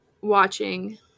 watching